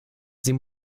sie